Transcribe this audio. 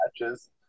matches